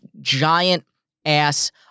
giant-ass